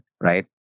right